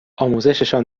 آموزششان